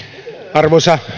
arvoisa